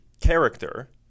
character